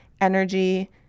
energy